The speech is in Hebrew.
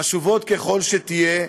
חשובות ככל שיהיו,